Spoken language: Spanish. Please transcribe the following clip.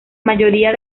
mayoría